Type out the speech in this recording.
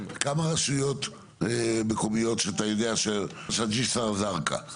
כמה רשויות מקומיות שאתה יודע שלא עושים בגלל זה